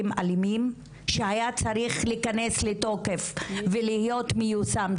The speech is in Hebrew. אלימים שהיה צריך להיכנס לתוקף ולהיות מיושם.